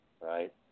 right